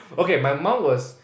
okay my mum was